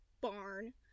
barn